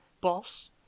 boss